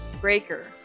Breaker